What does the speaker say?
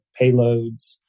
payloads